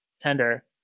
tender